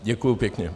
Děkuji pěkně.